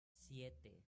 siete